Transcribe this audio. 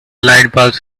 lightbulbs